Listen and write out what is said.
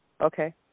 Okay